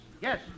Yes